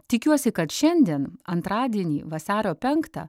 tikiuosi kad šiandien antradienį vasario penktą